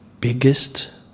biggest